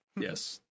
yes